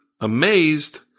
amazed